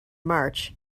march